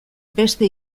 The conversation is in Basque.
beste